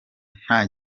nta